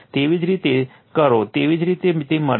તેવી જ રીતે કરો તેવી જ રીતે તે મળશે